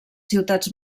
ciutats